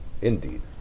Indeed